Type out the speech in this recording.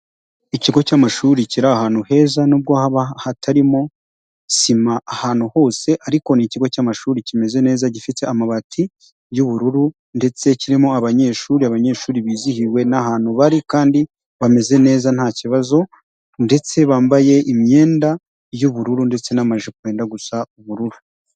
Ikigo cy'amashuri kiri ahantu heza nubwo haba hatarimo sima ahantu hose, ariko ni ikigo cy'amashuri kimeze neza, gifite amabati y'ubururu, ndetse kirimo abanyeshuri, abanyeshuri bizihiwe n'ahantu bari, kandi bameze neza nta kibazo, ndetse bambaye imyenda y'ubururu ndetse n'amajipo yenda gusa n'ubururu.